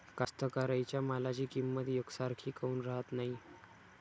कास्तकाराइच्या मालाची किंमत यकसारखी काऊन राहत नाई?